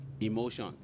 emotion